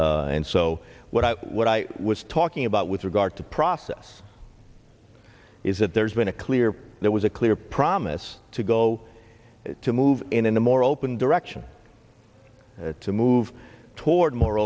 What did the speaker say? t and so what i what i was talking about with regard to process is that there's been a clear there was a clear promise to go to move in a more open direction to move toward more